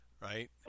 Right